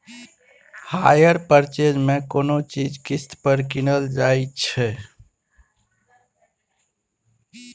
hire purchase मे कोनो चीज किस्त पर कीनल जाइ छै